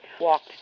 walked